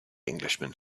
englishman